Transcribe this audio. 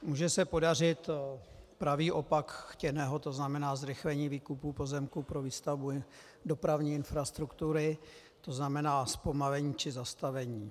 Může se podařit pravý opak chtěného, to znamená zrychlení výkupu pozemků pro výstavbu dopravní infrastruktury, to znamená zpomalení či zastavení.